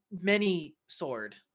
many-sword